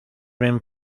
ven